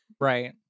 right